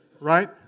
right